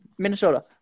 Minnesota